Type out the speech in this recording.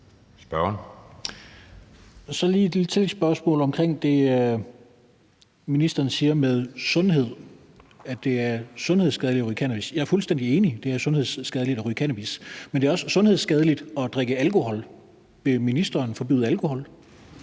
et lille tillægsspørgsmål til det, ministeren siger om sundhed, altså at det er sundhedsskadeligt at ryge cannabis. Jeg er fuldstændig enig i, at det er sundhedsskadeligt at ryge cannabis, men det er også sundhedsskadeligt at drikke alkohol. Vil ministeren forbyde alkohol?